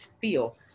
feel